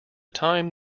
time